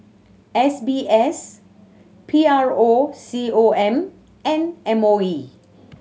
S B S P R O C O M and M O E